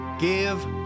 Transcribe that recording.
Give